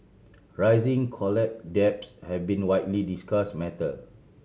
rising college debts have been a widely discuss matter